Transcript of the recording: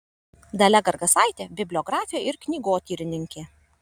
dalia gargasaitė bibliografė ir knygotyrininkė